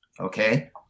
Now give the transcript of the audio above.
Okay